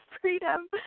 freedom